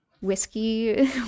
whiskey